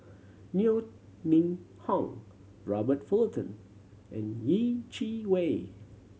Yeo Ning Hong Robert Fullerton and Yeh Chi Wei